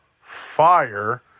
fire